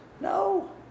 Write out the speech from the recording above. No